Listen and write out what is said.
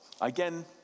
Again